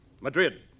Madrid